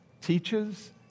teaches